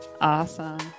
Awesome